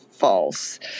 false